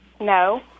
No